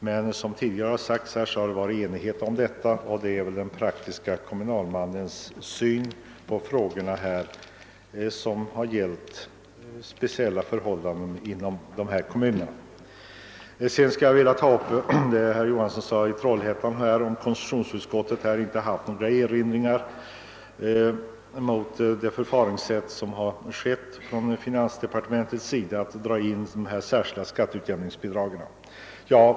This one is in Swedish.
Men som tidigare framhållits har det i kommunerna rått enighet om besluten, och till grund för besluten har legat kommunalmännens praktiska syn på förhållandena inom dessa kommuner. Herr Johansson i Trollhättan sade att konstitutionsutskottet inte haft några erinringar att göra mot finansdepartementets åtgärd att dra in de särskilda skatteutjämningsbidragen.